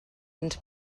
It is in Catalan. ens